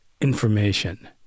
information